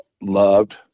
loved